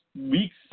weeks